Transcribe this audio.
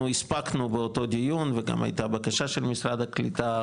אנחנו הספקנו באותו דיון וגם הייתה בקשה של משרד הקליטה,